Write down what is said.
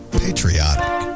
patriotic